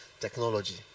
technology